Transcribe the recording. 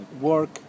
work